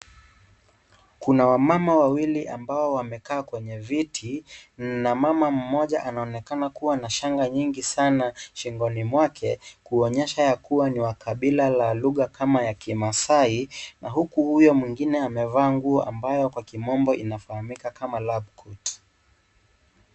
Kuna wamama wawili ambao wamekaa kwenye viti na mama mmoja anaonekana kuwa na shanga nyingi sana shingoni mwake kuonyesha ya kuwa ni wa kabila la lugha kama ya kimasai, na huku huyo mwingine amevaa nguo ambayo kwa kimombo inafahamika kama labcoat .